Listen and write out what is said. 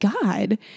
god